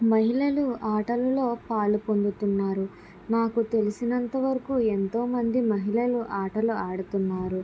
మహిళలు ఆటల్లో పాలు పొందుతున్నారు మాకు తెలిసినంతవరకు ఎంతోమంది మహిళలు ఆటలు ఆడుతున్నారు